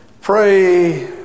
Pray